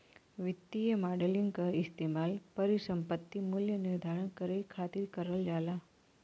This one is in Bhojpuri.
वित्तीय मॉडलिंग क इस्तेमाल परिसंपत्ति मूल्य निर्धारण करे खातिर करल जाला